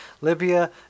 Libya